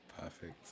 Perfect